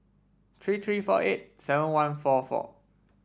three three four eight seven one four four